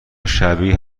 شبیه